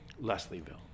Leslieville